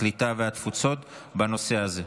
הקליטה והתפוצות בנושא הזה.